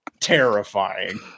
terrifying